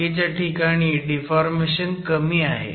बाकीच्या ठिकाणी डिफॉर्मेशन कमी आहे